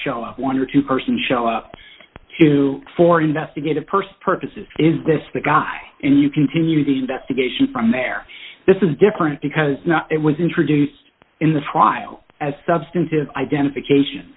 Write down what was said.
show of one or two person show up to for investigative person purposes is this the guy and you continue the investigation from there this is different because it was introduced in the trial as substantive identification